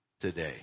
today